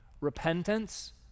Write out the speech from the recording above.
Repentance